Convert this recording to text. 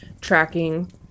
tracking